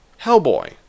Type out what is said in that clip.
Hellboy